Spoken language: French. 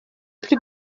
plus